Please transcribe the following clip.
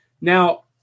Now